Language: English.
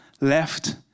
left